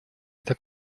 эта